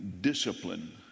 discipline